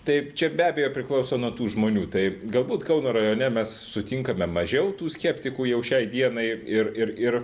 taip čia be abejo priklauso nuo tų žmonių tai galbūt kauno rajone mes sutinkame mažiau tų skeptikų jau šiai dienai ir ir ir